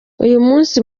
munsi